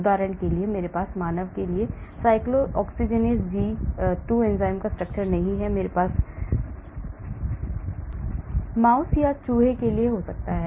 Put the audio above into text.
उदाहरण के लिए मेरे पास मानव के लिए cyclooxygenase 2 एंजाइम की 3 dimensional structure नहीं है लेकिन मेरे पास माउस या चूहे के लिए हो सकता है